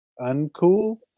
uncool